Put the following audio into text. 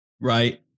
Right